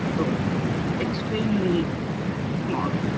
so extremely small.